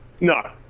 No